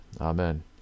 Amen